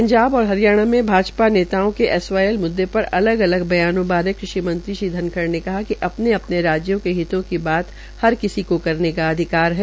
पंजाब और हरियाणा में भाजपा नेताओं के एसवाईएल मुद्दे पर अलग अलग बयानों बारे कृषि मंत्री ओम प्रकाश धनखड़ ने कहा कि अपने अपने राज्यों के हितों की बात हर किसी को करने का अधिकार है